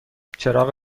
چراغ